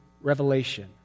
revelation